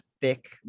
thick